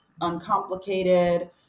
uncomplicated